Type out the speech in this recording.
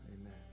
amen